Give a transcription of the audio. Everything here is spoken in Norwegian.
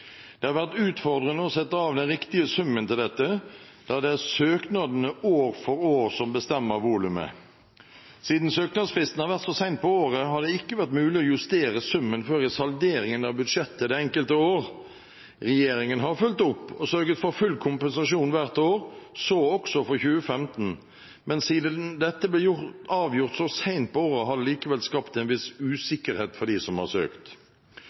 Det har vært utfordrende å sette av den riktige summen til dette, da det er søknadene år for år som bestemmer volumet. Siden søknadsfristen har vært så sent på året, har det ikke vært mulig å justere summen før i salderingen av budsjettet det enkelte år. Regjeringen har fulgt opp og sørget for full kompensasjon hvert år, så også for 2015. Men siden dette blir avgjort så sent på året, har det likevel skapt en viss usikkerhet for dem som har søkt.